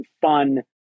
fun